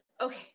okay